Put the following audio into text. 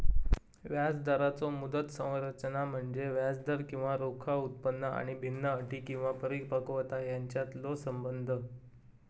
व्याजदराचो मुदत संरचना म्हणजे व्याजदर किंवा रोखा उत्पन्न आणि भिन्न अटी किंवा परिपक्वता यांच्यातलो संबंध